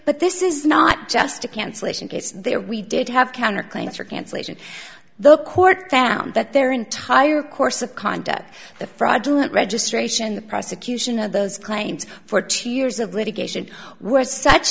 but this is not just a cancellation case there we did have counterclaims for cancellation the court found that their entire course of conduct the fraudulent registration the prosecution of those claims for two years of litigation were such